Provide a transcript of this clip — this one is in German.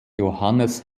johannes